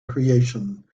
creation